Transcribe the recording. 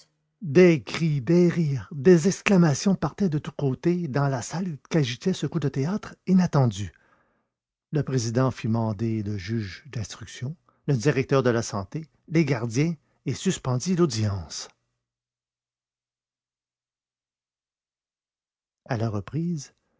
cris des rires des exclamations partaient de tous côtés dans la salle qu'agitait ce coup de théâtre inattendu le président fit mander le juge d'instruction le directeur de la santé les gardiens et suspendit l'audience à la reprise